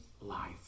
life